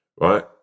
right